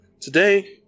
today